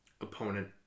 opponent